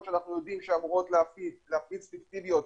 שאנחנו יודעים שאמורות להפיץ פיקטיביות,